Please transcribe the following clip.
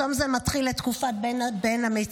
צום זה מתחיל את תקופת בין המצרים,